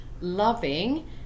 loving